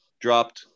dropped